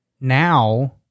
Now